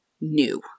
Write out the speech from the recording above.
new